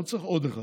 לא צריך עוד אחד.